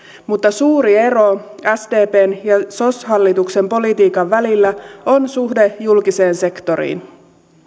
mutta suuri ero sdpn ja sos hallituksen politiikan välillä on suhde julkiseen sektoriin